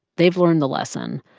they've learned the lesson.